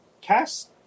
cast